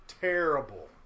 Terrible